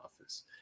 office